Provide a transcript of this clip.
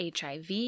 HIV